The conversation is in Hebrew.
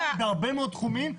אלא בהרבה מאוד תחומים.